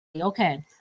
Okay